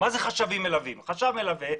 חשב מלווה,